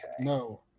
No